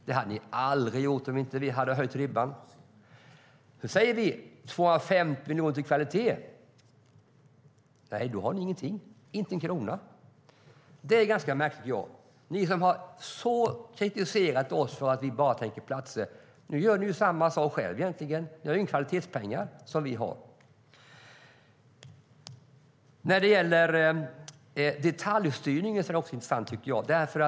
Det hade ni aldrig gjort om inte vi hade höjt ribban. Men när vi säger 250 miljoner till kvalitet har ni ingenting, inte en krona. Det är ganska märkligt. Ni som har kritiserat oss för att vi bara tänker på platser gör nu samma sak själva. Ni har inga kvalitetspengar, vilket vi har. Även detaljstyrningen är intressant.